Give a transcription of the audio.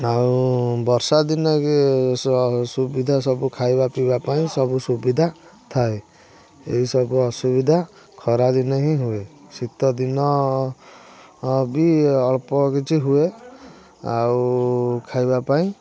ଆଉ ବର୍ଷା ଦିନ ସୁବିଧା ସବୁ ଖାଇବା ପିଇବା ପାଇଁ ସବୁ ସୁବିଧା ଥାଏ ଏହିସବୁ ଅସୁବିଧା ଖରାଦିନେ ହିଁ ହୁଏ ଶୀତ ଦିନ ବି ଅଳ୍ପ କିଛି ହୁଏ ଆଉ ଖାଇବା ପାଇଁ